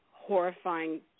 horrifying